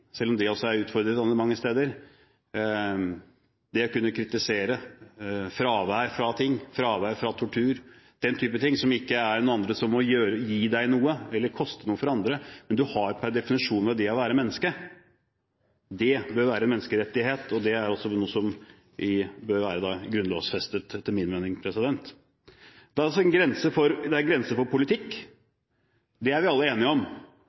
selv om det også er utfordrende mange steder – det å kunne kritisere og fravær av ting som tortur. Dette er ting som ikke avhenger av at noen må gi deg noe eller som koster noe for andre. Du har det i kraft av å være menneske. Det bør være menneskerettigheter, og det er også noe som bør være grunnlovfestet, etter min mening. Det er grenser for politikk – det er vi alle enige om.